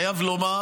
אני חייב לומר,